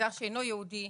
למגזר שאינו יהודי,